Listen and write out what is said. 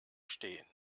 stehen